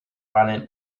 running